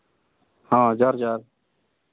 ᱦᱮᱸ ᱡᱚᱦᱟᱨ ᱡᱚᱦᱟᱨ